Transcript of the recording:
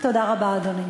תודה רבה, אדוני.